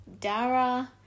dara